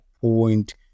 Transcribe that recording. point